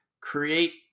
create